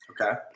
Okay